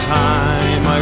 time